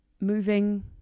moving